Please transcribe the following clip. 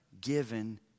given